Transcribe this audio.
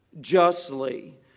justly